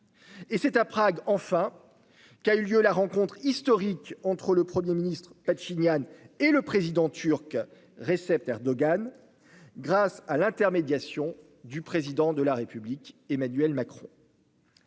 Et c'est à Prague, enfin, qu'a eu lieu la rencontre historique entre le premier ministre Pachinian et le président turc Recep Erdogan, grâce à l'intermédiation du Président de la République, Emmanuel Macron.